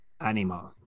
animal